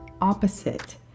opposite